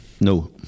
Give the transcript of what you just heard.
no